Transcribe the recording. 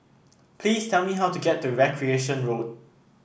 please tell me how to get to Recreation Road